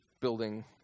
building